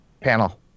panel